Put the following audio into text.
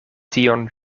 tion